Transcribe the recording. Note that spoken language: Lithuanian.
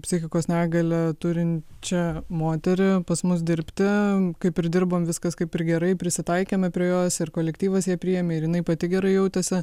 psichikos negalią turinčią moterį pas mus dirbti kaip ir dirbom viskas kaip ir gerai prisitaikėme prie jos ir kolektyvas ją priėmė ir jinai pati gerai jautėsi